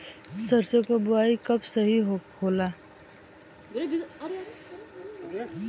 सरसों क बुवाई कब सही रहेला?